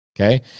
okay